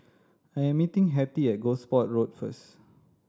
I am meeting Hetty at Gosport Road first